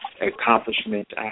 accomplishment